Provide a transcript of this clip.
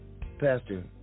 Pastor